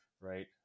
right